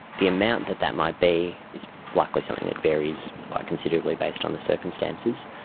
the amount that that might be is likely something that varies quite considerably based on the circumstances.